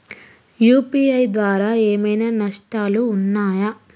UPI ద్వారా ఏమైనా నష్టాలు ఉన్నయా?